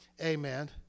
amen